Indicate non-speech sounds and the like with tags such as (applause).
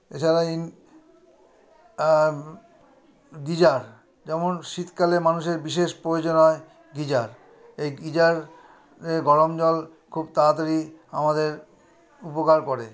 এছাড়া (unintelligible) গিজার যেমন শীতকালে মানুষের বিশেষ প্রয়োজন হয় গিজার এই গিজারে গরম জল খুব তাড়াতাড়ি আমাদের উপকার করে